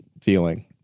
feeling